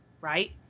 right